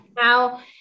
Now